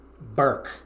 Burke